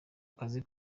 akazi